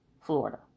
Florida